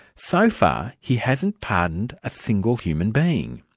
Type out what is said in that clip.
so far he hasn't pardoned a single human being.